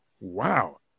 wow